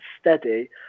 steady